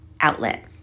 outlet